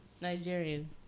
Nigerian